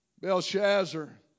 Belshazzar